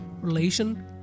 relation